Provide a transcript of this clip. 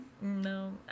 no